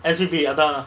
S_P_B அதா:atha